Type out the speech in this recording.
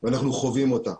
ואנחנו חווים אותה.